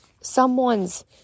someone's